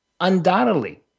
undoubtedly